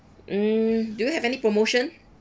mm do you have any promotion